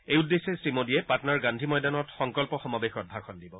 এই উদ্দেশ্যে শ্ৰী মোদীয়ে পাটনাৰ গান্ধী ময়দানত সংকল্প সমাবেশত ভাষণ দিব